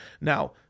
now